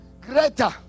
Greater